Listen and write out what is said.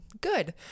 good